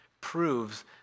proves